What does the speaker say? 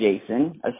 Jason